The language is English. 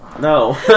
No